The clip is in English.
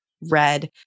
red